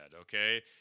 Okay